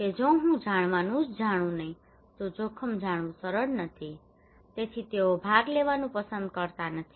કે જો હું જાણવાનું જ જાણું નય તો જોખમ જાણવું સરળ નથી તેથી તેઓ ભાગ લેવાનું પસંદ કરતા નથી